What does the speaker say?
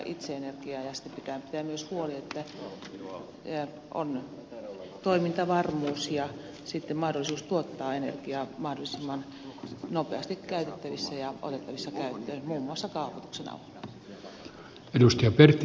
sitten pitää pitää myös huoli siitä että on toimintavarmuus ja mahdollisuus tuottaa energiaa että ne ovat mahdollisimman nopeasti käytettävissä otettavissa käyttöön muun muassa kaavoituksen avulla